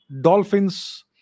dolphins